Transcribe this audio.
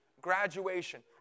graduation